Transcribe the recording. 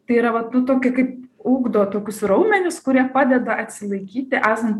tai yra vat nu tokį kaip ugdo tokius raumenis kurie padeda atsilaikyti esant